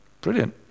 Brilliant